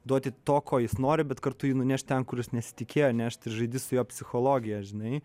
duoti to ko jis nori bet kartu ji nunešt ten kur jis nesitikėjo nešti ir žaidi su jo psichologija žinai